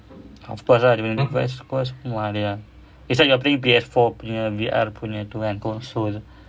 of course ah dia punya price mahalnya it's like you're playing P_S four punya V_R punya tu kan console